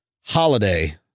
Holiday